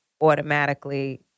automatically